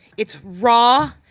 it's raw,